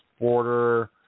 border